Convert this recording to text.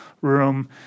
room